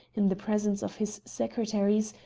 in the presence of his secretaries,